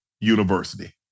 University